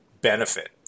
benefit